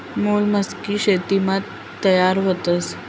मोलस्कनी शेतीमा तयार व्हतस